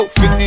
50